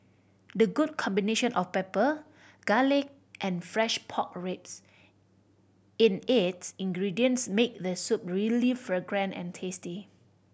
the good combination of pepper garlic and fresh pork ribs in its ingredients make the soup really fragrant and tasty